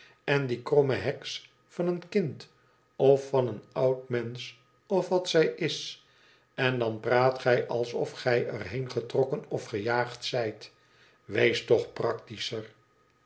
en die kromme heks van een kind of van een oud mensch of wat zij is en dan praat gij alsof gij er heen getrokken of gejaagd zijt wees toch practischer